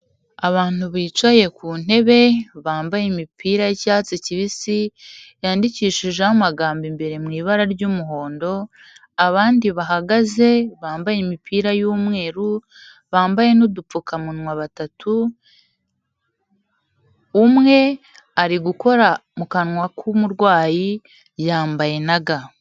Abantu bicaye ku ntebe bambaye imipira y'icyatsi kibisi yandikishijeho amagambo imbere mu ibara ry'umuhondo, abandi bahagaze bambaye imipira y'umweru bambaye n'udupfukamunwa batatu, umwe ari gukora mu kanwa k'umurwayi yambaye na ga.